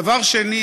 דבר שני,